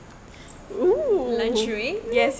luxury